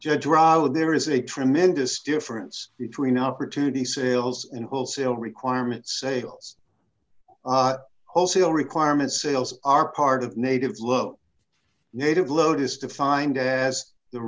rod there is a tremendous difference between opportunity sales and wholesale requirement sales wholesale requirement sales are part of native low native load is defined as the